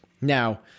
Now